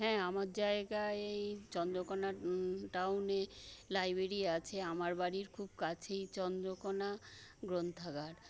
হ্যাঁ আমার জায়গায় চন্দ্রকোনা টাউনে লাইব্রেরী আছে আমার বাড়ির খুব কাছেই চন্দ্রকোনা গ্রন্থাগার